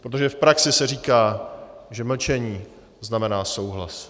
Protože v praxi se říká, že mlčení znamená souhlas.